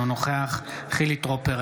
אינו נוכח חילי טרופר,